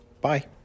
Bye